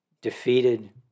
defeated